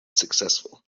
successful